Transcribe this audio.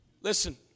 Listen